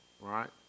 right